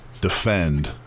defend